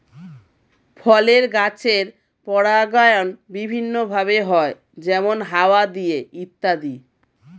ফলের গাছের পরাগায়ন বিভিন্ন ভাবে হয়, যেমন হাওয়া দিয়ে ইত্যাদি